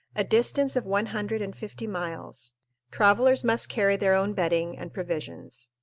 a distance of one hundred and fifty miles travelers must carry their own bedding and provisions.